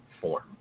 form